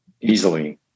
easily